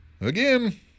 Again